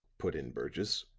put in burgess.